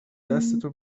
دستتو